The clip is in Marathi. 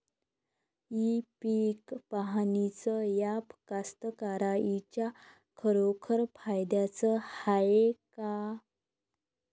इ पीक पहानीचं ॲप कास्तकाराइच्या खरोखर फायद्याचं हाये का?